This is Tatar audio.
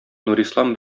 нурислам